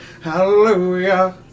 Hallelujah